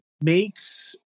makes